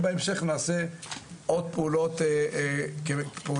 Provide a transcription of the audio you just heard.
ובהמשך נעשה עוד פעולות שמצדיעות